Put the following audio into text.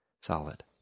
Solid